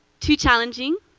too challenging,